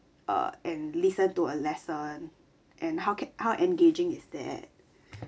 err and listen to a lesson and how can how engaging is that